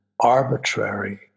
arbitrary